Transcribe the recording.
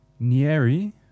Nieri